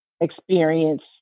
experience